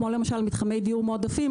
כמו למשל מתחמי דיור מועדפים,